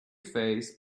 phase